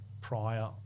prior